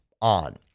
ON